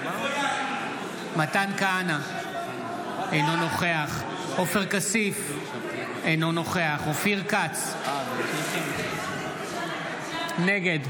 כסיף, אינו נוכח אופיר כץ, נגד